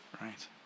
right